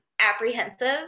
apprehensive